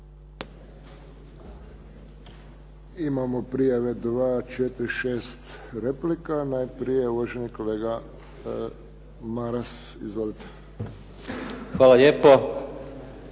Imamo prijave 2, 4, 6 replika. Najprije uvaženi kolega Maras. Izvolite. **Maras,